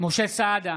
משה סעדה,